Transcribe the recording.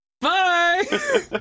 Bye